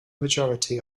majority